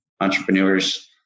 entrepreneurs